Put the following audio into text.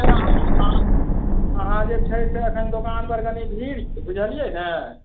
अहाँ अहाँ जे छै से एखन दोकानपर कनि भीड़ छै बुझलिए ने